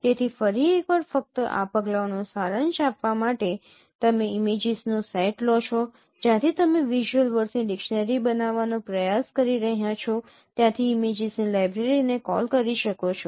તેથી ફરી એકવાર ફક્ત આ પગલાઓનો સારાંશ આપવા માટે તમે ઇમેજીસનો સેટ લો છો જ્યાંથી તમે વિઝ્યુઅલ વર્ડસની ડિક્શનરી બનાવવાનો પ્રયાસ કરી રહ્યાં છો ત્યાંથી ઇમેજીસની લાઇબ્રેરીને કોલ કરી શકો છો